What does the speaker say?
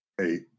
Eight